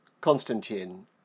Constantine